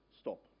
Stop